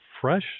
fresh